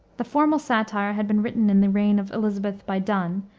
the formal satire had been written in the reign of elisabeth by donne,